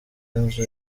inzu